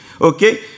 okay